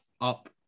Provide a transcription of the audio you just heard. up